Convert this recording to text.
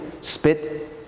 spit